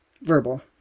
verbal